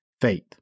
faith